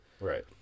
Right